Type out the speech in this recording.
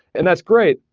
and that's great,